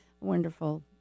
Wonderful